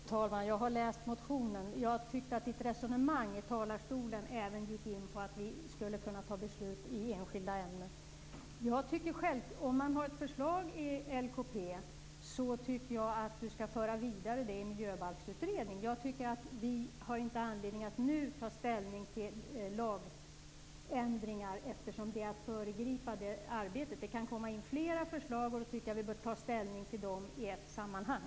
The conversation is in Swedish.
Fru talman! Jag har läst motionen. Jag tyckte att Elisa Abascal Reyes resonemang i talarstolen även gick in på att vi skulle kunna fatta beslut om enskilda ämnen. Om Elisa Abascal Reyes har ett förslag som gäller LKP tycker jag att hon skall föra det vidare i Miljöbalksutredningen. Vi har inte anledning att nu ta ställning till lagändringar, eftersom det är att föregripa det arbetet. Det kan komma in fler förslag, och jag tycker att vi bör ta ställning till dem i ett sammanhang.